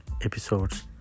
episodes